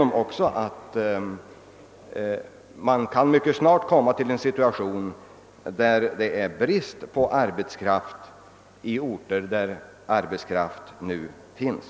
Man kan snart komma i den situationen, att det råder brist på arbetskraft i orter där arbetskraft nu finns.